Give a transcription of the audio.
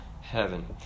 heaven